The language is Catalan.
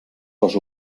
les